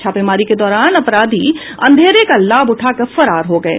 छापेमारी के दौरान अपराधी अंधेरे का लाभ उठाकर फरार हो गये